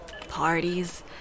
parties